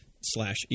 slash